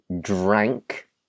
drank